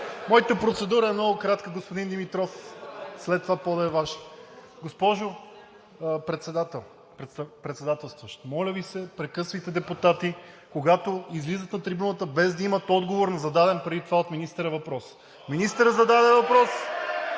Моята процедура е много кратка, господин Димитров, след това подът е Ваш. Госпожо Председателстващ, моля Ви се, прекъсвайте депутати, когато излизат на трибуната, без да имат отговор на зададен преди това от министъра въпрос. Министърът зададе въпрос